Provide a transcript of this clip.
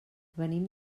venim